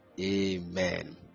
amen